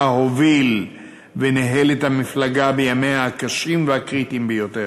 הוביל וניהל את המפלגה בימיה הקשים והקריטיים ביותר.